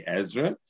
ezra